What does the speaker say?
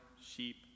sheep